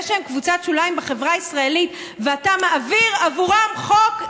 זה שהם קבוצת שוליים בחברה הישראלית ואתה מעביר עבורם חוק,